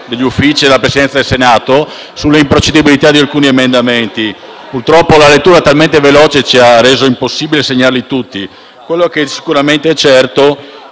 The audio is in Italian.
Grazie,